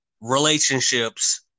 relationships